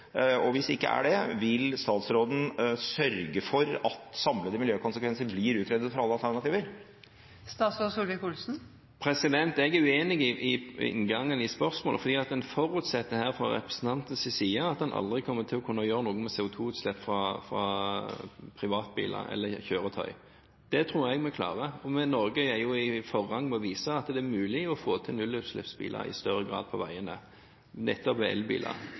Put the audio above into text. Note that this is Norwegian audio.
og hvis de ikke er det, vil statsråden sørge for at samlede miljøkonsekvenser av alle alternativer blir utredet? Jeg er uenig i inngangen til spørsmålet, fordi representanten her forutsetter at en aldri vil kunne gjøre noe med CO2-utslipp fra privatbiler eller fra andre kjøretøy. Det tror jeg vi klarer. Norge er i førersetet når det gjelder å vise at det i større grad er mulig å få nullutslippsbiler på veiene, nettopp ved elbiler.